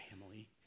family